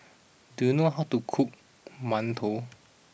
do you know how to cook Mantou